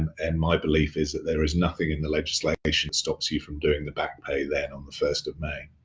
and my belief is that there is nothing in the legislation that stops you from doing the back pay then on the first of may.